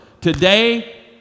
Today